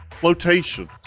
flotation